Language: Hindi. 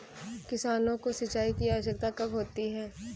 किसानों को सिंचाई की आवश्यकता कब होती है?